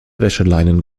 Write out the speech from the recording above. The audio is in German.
wäscheleinen